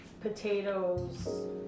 potatoes